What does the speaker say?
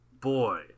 boy